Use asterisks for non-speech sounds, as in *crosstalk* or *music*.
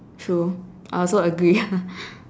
true I also agree *laughs*